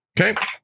Okay